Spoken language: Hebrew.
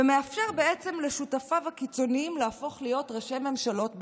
ומאפשר בעצם לשותפיו הקיצוניים להפוך להיות ראשי ממשלות בפועל.